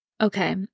Okay